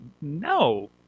no